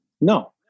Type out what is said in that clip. no